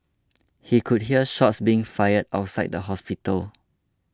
he could hear shots being fired outside the hospital